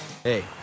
Hey